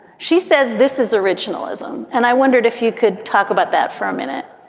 she says this is originalism. and i wondered if you could talk about that for a minute